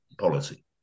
policy